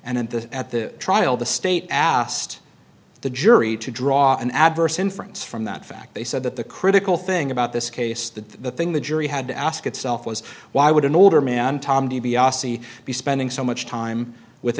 and in the at the trial the state asked the jury to draw an adverse inference from that fact they said that the critical thing about this case that the thing the jury had to ask itself was why would an older man tom di biase be spending so much time with a